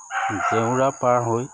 জেওৰা পাৰ হৈ